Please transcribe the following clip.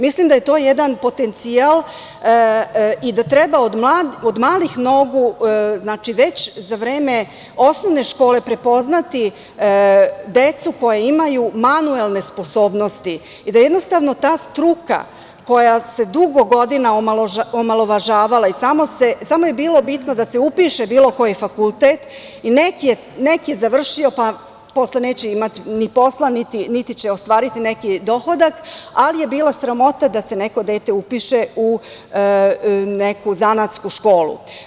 Mislim da je to jedan potencijal i da treba od malih nogu, već za vreme osnovne škole prepoznati decu koja imaju manuelne sposobnosti i da jednostavno, ta struka, koja se dugo godina omalovažavala i samo je bilo bitno da se upiše bilo koji fakultet i neka je završio, ali posle neće imati ni posla, niti će ostvariti neki dohodak, ali je bila sramota da se neko dete upiše u neku zanatsku školu.